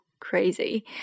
crazy